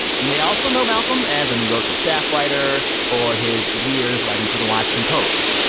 you may also know malcolm as a new yorker staff writer or his years writing for the washington post.